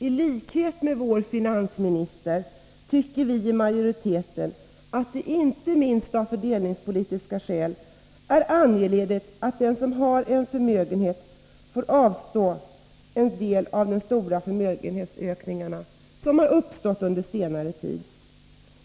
I likhet med vår finansminister tycker vi i majoriteten att det inte minst av fördelningspolitiska skäl är angeläget att den som har en förmögenhet får avstå en del av de stora förmögenhetsökningar som har uppstått under senare tid.